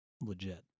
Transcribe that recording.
legit